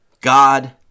God